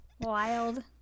Wild